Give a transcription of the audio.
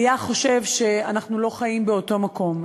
היה חושב שאנחנו לא חיים באותו מקום.